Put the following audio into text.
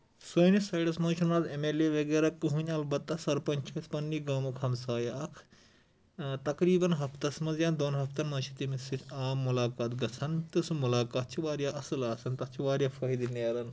سٲنِس سایڈَس منٛز چھِ نہٕ آز ایم ایل اے وغیرہ کِہینۍ اَلبتہ سرپنٛچ چھُ اَسہِ پَنٕنہِ گامُک ہمسایہِ اکھ تقریٖبن ہفتس منٛز یا دۄن ہفتن منٛز چھِ تٔمِس سۭتۍ عام مُلاقات گژھان تہٕ سُہ مُلاقات چھُ واریاہ اَصٕل آسان تَتھ چھُ واریاہ فٲیدٕ نیٚران